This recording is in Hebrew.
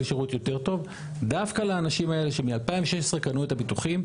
שירות יותר טוב - דווקא לאנשים האלה שמ-2016 קנו את הביטוחים,